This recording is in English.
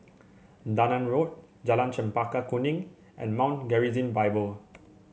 Dunearn Road Jalan Chempaka Kuning and Mount Gerizim Bible